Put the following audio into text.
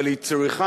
אבל היא צריכה